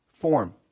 form